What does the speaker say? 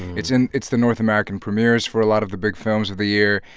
it's and it's the north american premieres for a lot of the big films of the year.